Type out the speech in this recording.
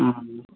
हाँ भैया